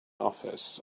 office